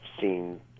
seen